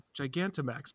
Gigantamax